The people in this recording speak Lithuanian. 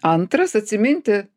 antras atsiminti